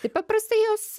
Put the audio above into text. tai paprastai jos